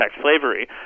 slavery